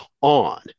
on